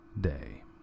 day